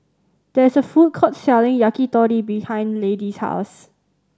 there is a food court selling Yakitori behind Lady's house